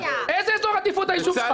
אני מבקש, בצלאל.